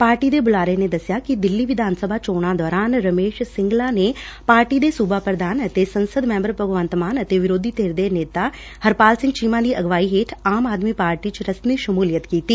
party ਦੇ ਬੁਲਾਰੇ ਨੇ ਦਸਿਆ ਕਿ ਦਿੱਲੀ ਵਿਧਾਨ ਸਭਾ ਚੋਣਾਂ ਦੌਰਾਨ ਰਮੇਸ਼ ਸਿੰਗਲਾ ਨੇ ਪਾਰਟੀ ਦੇ ਸੁਬਾ ਪ੍ਧਾਨ ਅਤੇ ਸੰਸਦ ਮੈਂਬਰ ਭਗਵੰਤ ਮਾਨ ਅਤੇ ਵਿਰੋਧੀ ਧਿਰ ਦੇ ਨੇਤਾ ਹਰਪਾਲ ਸਿੰਘ ਚੀਮਾ ਦੀ ਅਗਵਾਈ ਹੇਠ ਆਮ ਆਦਮੀ ਪਾਰਟੀ ਚ ਰਸਮੀ ਸ਼ਮੁਲੀਅਤ ਕੀਤੀ